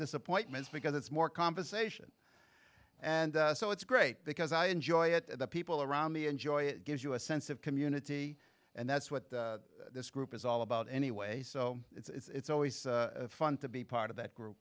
disappointments because it's more conversation and so it's great because i enjoy it and the people around me enjoy it gives you a sense of community and that's what this group is all about anyway so it's always fun to be part of that group